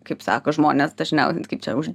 kaip sako žmonės dažniau kaip čia už